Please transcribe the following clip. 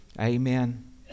Amen